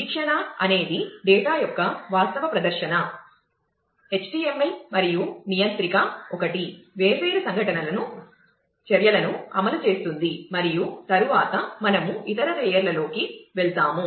వీక్షణ అనేది డేటా యొక్క వాస్తవ ప్రదర్శన HTML మరియు నియంత్రిక ఒకటి వేర్వేరు సంఘటనలను చర్యలను అమలు చేస్తుంది మరియు తరువాత మనము ఇతర లేయర్లలోకి వెళ్తాము